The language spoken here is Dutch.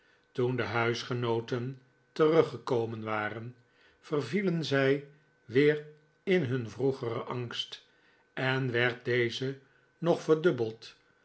toen de huisgenooten teruggekomen waren vervielen zij weer in nun vroegeren angst en werd deze nog verdubbeld